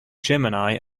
gemini